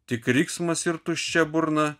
tik riksmas ir tuščia burna